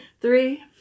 three